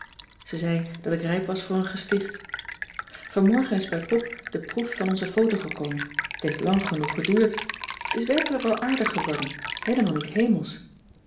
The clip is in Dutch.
ze zei dat ik rijp was voor een gesticht vanmorgen is bij pop de proef van onze foto gekomen t heeft lang genoeg geduurd t is werkelijk wel aardig geworden heelemaal niet hemelsch